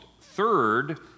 Third